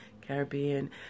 Caribbean